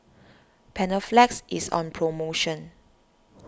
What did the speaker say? Panaflex is on promotion